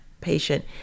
patient